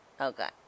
Okay